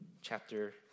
chapter